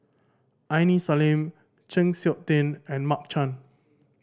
Aini Salim Chng Seok Tin and Mark Chan